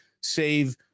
save